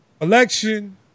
election